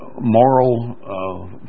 moral